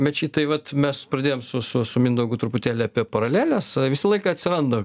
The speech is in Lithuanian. mečy tai vat mes pradėjom su su su mindaugu truputėlį apie paraleles visą laiką atsiranda